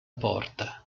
porta